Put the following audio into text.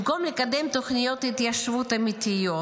במקום לקדם תוכניות התיישבות אמיתיות